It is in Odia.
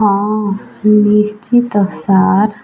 ହଁ ନିଶ୍ଚିତ ସାର୍